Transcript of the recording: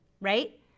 right